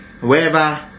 Wherever